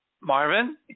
Marvin